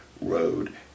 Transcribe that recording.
road